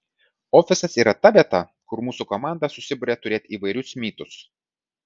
ofisas yra ta vieta kur mūsų komanda susiburia turėt įvairius mytus